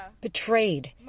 betrayed